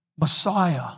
Messiah